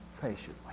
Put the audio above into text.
patiently